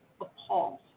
appalled